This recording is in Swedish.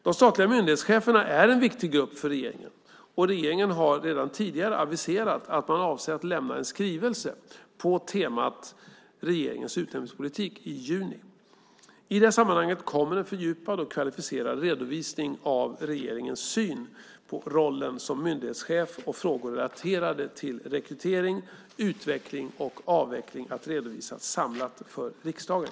De statliga myndighetscheferna är en viktig grupp för regeringen, och regeringen har redan tidigare aviserat att man avser att i juni avlämna en skrivelse på temat regeringens utnämningspolitik. I det sammanhanget kommer en fördjupad och kvalificerad redovisning av regeringens syn på rollen som myndighetschef och frågor relaterade till rekrytering, utveckling och avveckling att samlat redovisas för riksdagen.